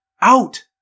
out